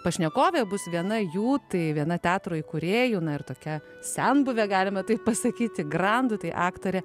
pašnekovė bus viena jų tai viena teatro įkūrėjų na ir tokia senbuvė galime taip pasakyti grandų tai aktorė